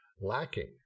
lacking